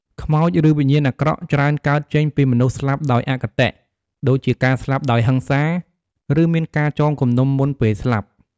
ខ្មោច ឬវិញ្ញាណអាក្រក់ច្រើនកើតចេញពីមនុស្សស្លាប់ដោយអគតិ ដូចជាការស្លាប់ដោយហិង្សា ឬមានការចងគំនុំមុនពេលស្លាប់។